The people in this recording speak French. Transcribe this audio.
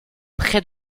près